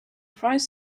provides